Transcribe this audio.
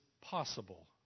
possible